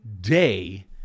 day